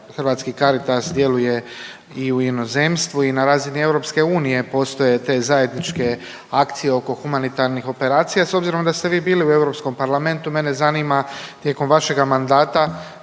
Hrvatski Caritas djeluje i u inozemstvu i na razini EU postoje te zajedničke akcije oko humanitarnih operacija. S obzirom da ste vi bili u Europskom parlamentu mene zanima tijekom vašega mandata